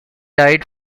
died